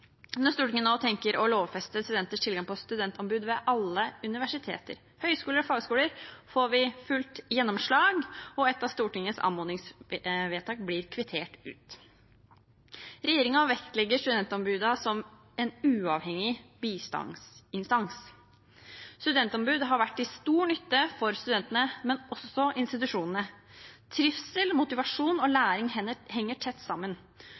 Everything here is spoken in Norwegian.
Når Stortinget nå tenker å lovfeste studenters tilgang på studentombud ved alle universiteter, høyskoler og fagskoler, får vi fullt gjennomslag og et av Stortingets anmodningsvedtak blir kvittert ut. Regjeringen vektlegger studentombudene som en uavhengig bistandsinstans. Studentombud har vært til stor nytte for studentene, men også for institusjonene. Trivsel, motivasjon og læring henger tett sammen.